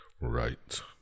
Right